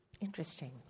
Interesting